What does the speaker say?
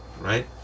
right